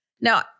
Now